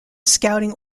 scouting